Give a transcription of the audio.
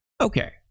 Okay